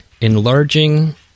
enlarging